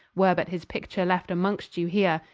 were but his picture left amongst you here,